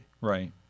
Right